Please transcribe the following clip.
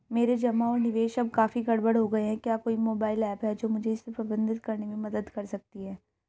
मेरे जमा और निवेश अब काफी गड़बड़ हो गए हैं क्या कोई मोबाइल ऐप है जो मुझे इसे प्रबंधित करने में मदद कर सकती है?